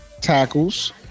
tackles